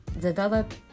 develop